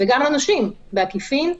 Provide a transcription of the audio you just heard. וגם לנושים בעקיפין,